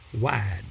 wide